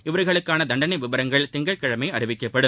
இவர்களுக்கான தண்டனை விவரங்கள் திங்கட்கிழமை அறிவிக்கப்படும்